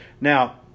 Now